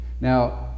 Now